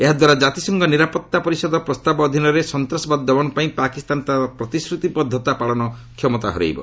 ଏହାଦ୍ୱାରା ଜାତିସଂଘ ନିରାପତ୍ତା ପରିଷଦ ପ୍ରସ୍ତାବ ଅଧୀନରେ ସନ୍ତାସବାଦ ଦମନ ପାଇଁ ପାକିସ୍ତାନ ତାର ପ୍ରତିଶ୍ରତିବଦ୍ଧତା ପାଳନ କ୍ଷମତା ହରାଇବ